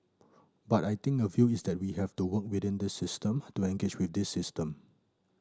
but I think a view is that we have to work within this system to engage with this system